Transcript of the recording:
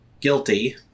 guilty